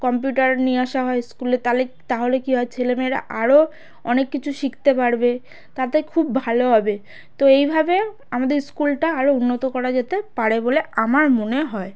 computer নিয়ে আসা হয় স্কুলে তাহলে তাহলে কি হয় ছেলে মেয়েরা আরও অনেক কিছু শিখতে পারবে তাতে খুব ভালো হবে তো এইভাবে আমাদের স্কুলটা আরও উন্নত করা যেতে পারে বলে আমার মনে হয়